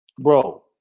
bro